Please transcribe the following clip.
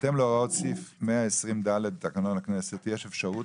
בהתאם להוראות סעיף 120(ד) לתקנון הכנסת יש אפשרות